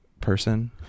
person